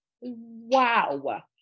Wow